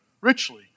richly